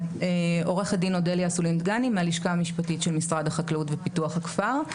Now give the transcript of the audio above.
עו"ד אודליה אסולין דגני מהלשכה המשפטית של משרד החקלאות ופיתוח הכפר.